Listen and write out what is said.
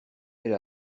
elle